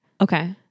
Okay